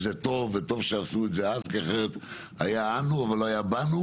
וטוב שעשו את זה אז כי אחרת היה 'אנו' אבל לא היה 'באנו',